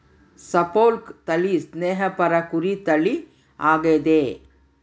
Suffolk ತಳಿ ಸ್ನೇಹಪರ ಕುರಿ ತಳಿ ಆಗೆತೆ